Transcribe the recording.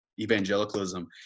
evangelicalism